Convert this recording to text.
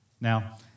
Now